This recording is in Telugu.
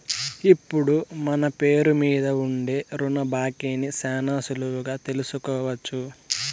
ఇప్పుడు మన పేరు మీద ఉండే రుణ బాకీని శానా సులువుగా తెలుసుకోవచ్చు